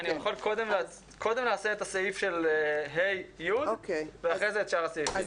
קודם נעבור על הסעיף של כיתות ה' עד י' ואחרי זה את שאר הסעיפים.